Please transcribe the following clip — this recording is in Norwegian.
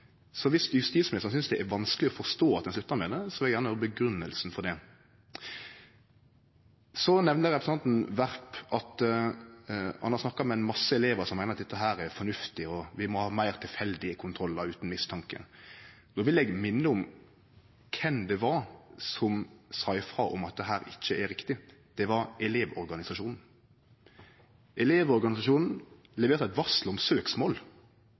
justisministeren synest det er vanskeleg å forstå at ein slutta med det, vil eg gjerne ha grunngjevinga for det. Så nemnde representanten Werp at han har snakka med mange elevar som meiner at dette er fornuftig, og at vi må ha fleire tilfeldige kontrollar utan mistanke. Då vil eg minne om kven som sa frå om at dette ikkje er riktig. Det var Elevorganisasjonen. Elevorganisasjonen leverte eit varsel om søksmål